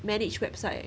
manage website